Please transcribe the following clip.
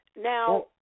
Now